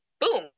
boom